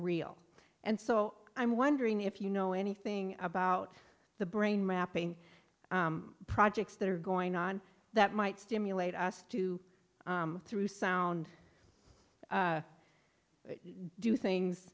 real and so i'm wondering if you know anything about the brain mapping projects that are going on that might stimulate us to through sound do things